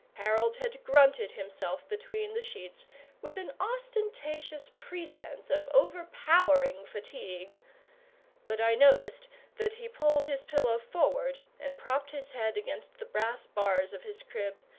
harold had grunted himself between the sheets with an ostentatious pretence of overpowering fatigue but i noticed that he pulled his pillow forward and propped his head against the brass bars of his crib,